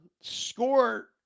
score